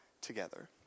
together